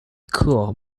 cool